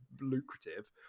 lucrative